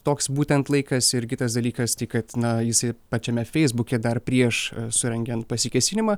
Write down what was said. toks būtent laikas ir kitas dalykas kad na jisai pačiame feisbuke dar prieš surengiant pasikėsinimą